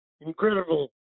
incredible